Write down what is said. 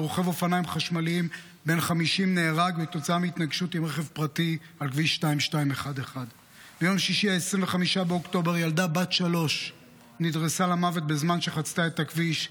רוכב אופניים חשמליים בן 50 נהרג בהתנגשות עם רכב פרטי על כביש 2211. ביום שישי 25 באוקטובר ילדה בת שלוש נדרסה למוות בזמן שחצתה את הכביש,